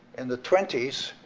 in the twenty s,